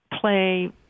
play